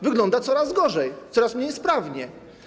Wygląda to coraz gorzej, coraz mniej sprawnie.